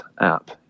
app